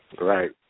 Right